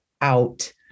out